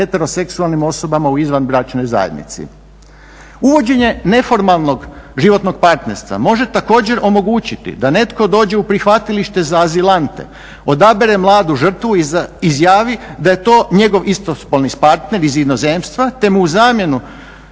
heteroseksualnim osobama u izvanbračnoj zajednici. Uvođenje neformalnog životnog partnerstva može također omogućiti da netko dođe u prihvatilište za azilante, odabere mladu žrtvu i izjavi da je to njegov istospolni partner iz inozemstva, te mu u zamjenu